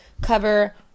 cover